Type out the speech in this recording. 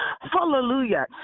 hallelujah